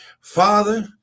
Father